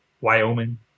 Wyoming